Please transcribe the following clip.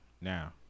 now